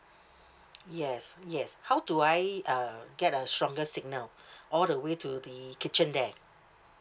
yes yes how do I uh get a stronger signal all the way to the kitchen there